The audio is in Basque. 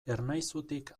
ernaizutik